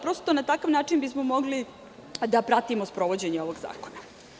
Prosto, na takav način bismo mogli da pratimo sprovođenje ovog zakona.